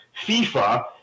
FIFA